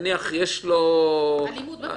ונניח יש לו -- עבירת אלימות במשפחה,